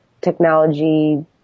technology